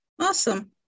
Awesome